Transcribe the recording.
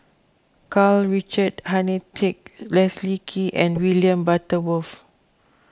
Karl Richard Hanitsch Leslie Kee and William Butterworth